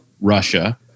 Russia